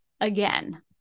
again